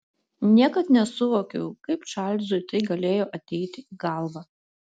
niekad nesuvokiau kaip čarlzui tai galėjo ateiti į galvą